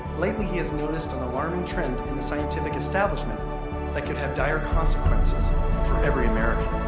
lately he has noticed an alarming trend in the scientific establishment that could have dire consequences for every american.